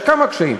יש כמה קשיים,